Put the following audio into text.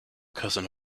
cousin